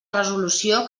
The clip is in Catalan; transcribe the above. resolució